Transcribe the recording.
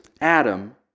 Adam